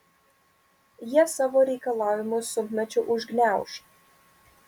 jie savo reikalavimus sunkmečiu užgniauš